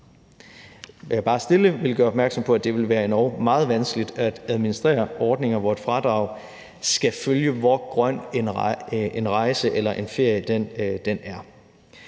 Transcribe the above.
jeg bare stille gøre opmærksom på, at det ville være endog meget vanskeligt at administrere ordninger, hvor et fradrag skal følge, hvor grøn en rejse eller en ferie er.